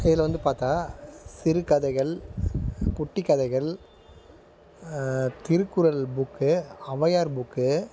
இதில் வந்து பார்த்தா சிறுக் கதைகள் குட்டிக் கதைகள் திருக்குறள் புக்கு அவ்வையார் புக்கு